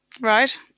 Right